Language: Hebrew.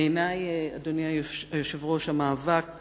בעיני, אדוני היושב-ראש, המאבק